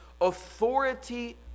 authority